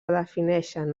defineixen